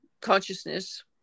consciousness